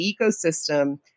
ecosystem